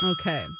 Okay